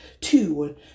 two